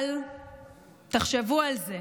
אבל תחשבו על זה,